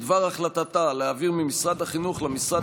בדבר החלטתה להעביר ממשרד החינוך למשרד